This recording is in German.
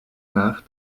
nach